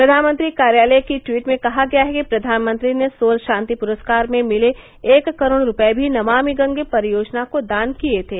प्रधानमंत्री कार्यालय की ट्वीट में कहा गया है कि प्रधानमंत्री ने सोल शांति प्रस्कार में मिले एक करोड़ रूपये भी नमामि गंगे परियोजना को दान किए थे